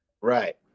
Right